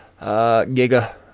Giga